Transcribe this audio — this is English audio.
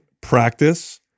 practice